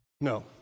No